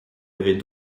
avait